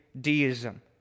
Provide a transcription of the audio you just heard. deism